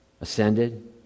ascended